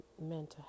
mental